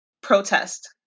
protest